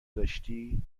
داشتی